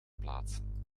plaatsen